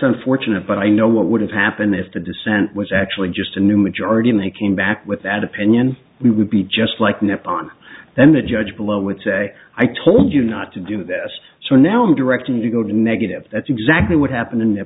unfortunate but i know what would have happened if the dissent was actually just a new majority in they came back with that opinion we would be just like nap on then the judge below would say i told you not to do this so now i'm directing you to go to negative that's exactly what happened in the